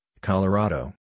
Colorado